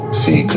see